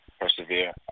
persevere